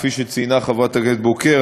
כפי שציינה חברת הכנסת בוקר,